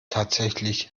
tatsächlich